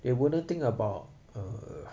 they wouldn't think about uh